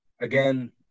again